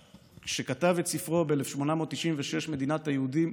כשכתב הרצל ב-1896 את ספרו מדינת היהודים